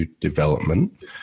development